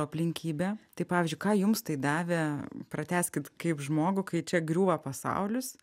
aplinkybę tai pavyzdžiui ką jums tai davė pratęskit kaip žmogų kai čia griūva pasaulis